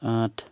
আঠ